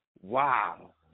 Wow